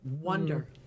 wonder